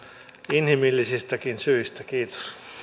inhimillisistäkin syistä kiitos